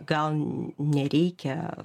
gal nereikia